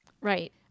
Right